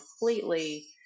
completely